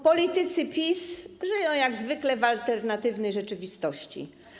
Politycy PiS żyją jak zwykle w alternatywnej rzeczywistości.